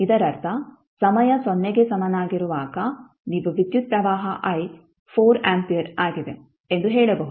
ಇದರರ್ಥ ಸಮಯ ಸೊನ್ನೆಗೆ ಸಮನಾಗಿರುವಾಗ ನೀವು ವಿದ್ಯುತ್ ಪ್ರವಾಹ i 4 ಆಂಪಿಯರ್ ಆಗಿದೆ ಎಂದು ಹೇಳಬಹುದು